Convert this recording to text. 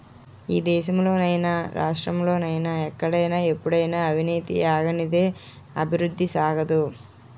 ఈ దేశంలో నైనా రాష్ట్రంలో నైనా ఎక్కడైనా ఎప్పుడైనా అవినీతి ఆగనిదే అభివృద్ధి సాగదు